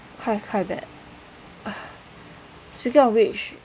qui~ quite bad ugh speaking of which